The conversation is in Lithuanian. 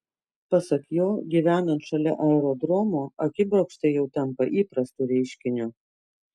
pasak jo gyvenant šalia aerodromo akibrokštai jau tampa įprastu reiškiniu